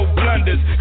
blunders